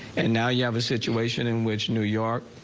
and now you have a situation in which new york.